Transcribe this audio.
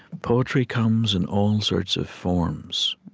poetry comes in all sorts of forms,